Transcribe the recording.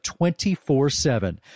24-7